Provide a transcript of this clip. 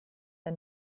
der